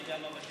אני גם מבקש.